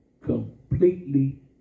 completely